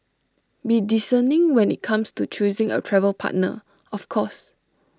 be discerning when IT comes to choosing A travel partner of course